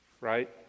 right